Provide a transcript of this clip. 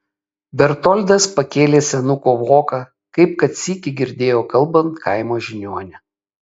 bertoldas pakėlė senuko voką kaip kad sykį girdėjo kalbant kaimo žiniuonį